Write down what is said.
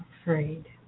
afraid